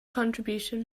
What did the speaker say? contribution